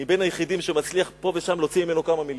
אני בין היחידים שמצליח פה ושם להוציא ממנו כמה מלים.